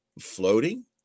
floating